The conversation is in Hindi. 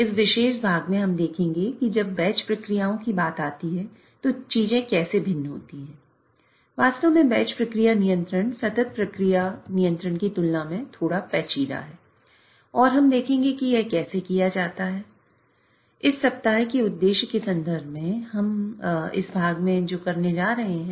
इस विशेष भाग में हम देखेंगे कि जब बैच प्रक्रियाओं से कैसे अलग है